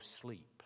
sleep